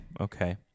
Okay